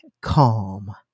Calm